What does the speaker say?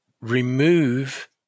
remove